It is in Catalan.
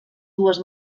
dues